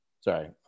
Sorry